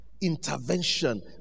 intervention